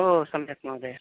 ओ सम्यक् महोदय